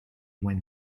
went